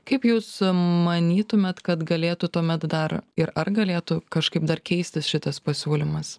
kaip jūs manytumėt kad galėtų tuomet dar ir ar galėtų kažkaip dar keistis šitas pasiūlymas